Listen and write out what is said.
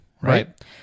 right